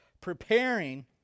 preparing